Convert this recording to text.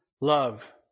Love